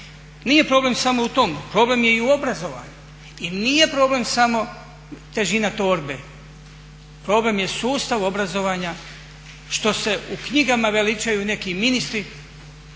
Nije problem samo u tom. Problem je i u obrazovanju i nije problem samo težina torbe. Problem je sustav obrazovanja što se u knjigama veličaju neki ministri,